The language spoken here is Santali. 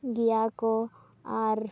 ᱜᱮᱭᱟ ᱠᱚ ᱟᱨ